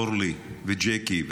אורלי וג'קי,